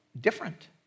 different